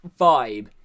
vibe